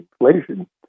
inflation